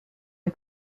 est